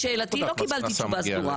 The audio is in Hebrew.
לשאלתי לא קיבלתי תשובה סדורה.